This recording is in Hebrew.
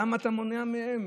למה אתה מונע מהן?